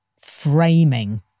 framing